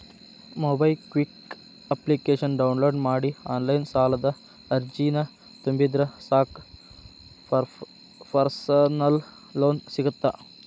MobiKwik ಅಪ್ಲಿಕೇಶನ download ಮಾಡಿ online ಸಾಲದ ಅರ್ಜಿನ ತುಂಬಿದ್ರ ಸಾಕ್ ಪರ್ಸನಲ್ ಲೋನ್ ಸಿಗತ್ತ